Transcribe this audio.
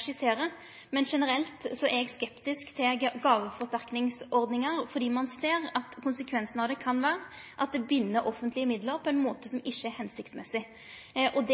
skisserer, men generelt er eg skeptisk til gåveforsterkningsordningar fordi ein ser at konsekvensen kan vere at det bind offentlege midlar på ein måte som ikkje er hensiktsmessig – og det